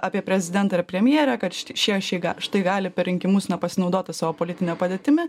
apie prezidentą ir premjerę kad šit šie šeiga štai gali per rinkimus na pasinaudot ta savo politine padėtimi